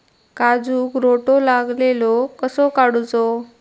काजूक रोटो लागलेलो कसो काडूचो?